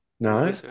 No